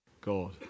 God